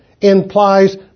implies